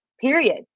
Period